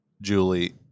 Julie